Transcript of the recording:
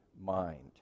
mind